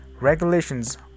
regulations